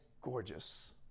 gorgeous